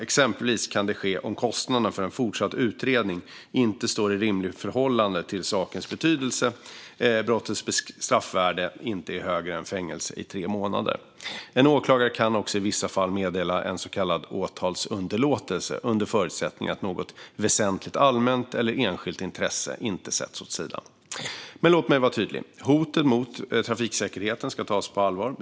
Exempelvis kan det ske om kostnaderna för en fortsatt utredning inte står i rimligt förhållande till sakens betydelse och brottets straffvärde inte är högre än fängelse i tre månader. En åklagare kan också i vissa fall meddela en så kallad åtalsunderlåtelse, under förutsättning att något väsentligt allmänt eller enskilt intresse inte sätts åt sidan. Men låt mig vara tydlig. Hoten mot trafiksäkerheten ska tas på allvar.